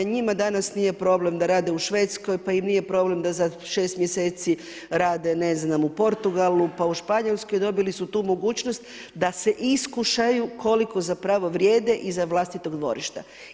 Njima danas nije problem da rade u Švedskoj, pa im nije problem da za 6 mjeseci rade ne znam, u Portugalu, pa u Španjolskoj, dobili su tu mogućnost da se iskušaju koliko zapravo vrijede izvan vlastitog dvorišta.